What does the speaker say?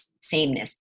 sameness